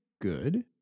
good